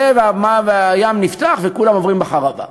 והים נפתח וכולם עוברים בחרבה.